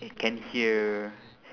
can hear